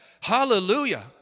Hallelujah